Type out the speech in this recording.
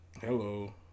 Hello